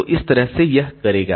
तो इस तरह से यह करेगा